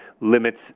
limits